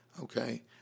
Okay